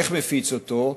איך הוא הפיץ אותו.